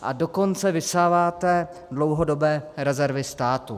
A dokonce vysáváte dlouhodobé rezervy státu.